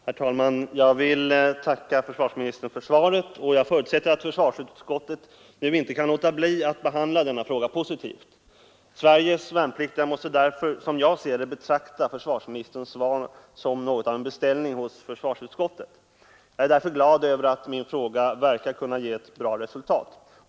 Herr talman! Jag vill tacka försvarsministern för svaret. Jag förutsätter att försvarsutskottet nu inte kan låta bli att behandla denna fråga positivt. Sveriges värnpliktiga måste, som jag ser det, betrakta försvarsministerns svar som något av en beställning hos försvarsutskottet. Jag är därför glad över att min fråga verkar att kunna ge ett bra resultat.